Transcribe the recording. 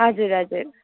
हजुर हजुर